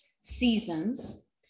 seasons